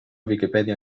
viquipèdia